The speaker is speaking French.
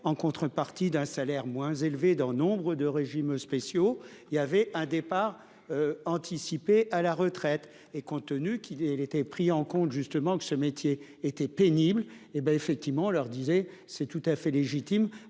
en contrepartie d'un salaire moins élevé dans nombre de régimes spéciaux, il y avait un départ. Anticipé à la retraite et compte tenu qu'il il était pris en compte justement que ce métier était pénible et ben effectivement leur disait c'est tout à fait légitime.